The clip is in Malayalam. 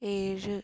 ഏഴ്